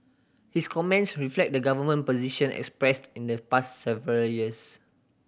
his comments reflect the government position expressed in the past several years